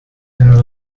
and